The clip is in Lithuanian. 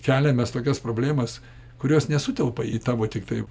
keliam mes tokias problemas kurios nesutelpa į tavo tiktai